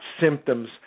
symptoms